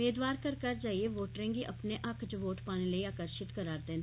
मेदवार घर घर जाइयै वोटरें गी अपने हक च वोट पाने लेई आकर्शित करा दे न